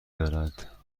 دارد